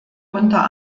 unter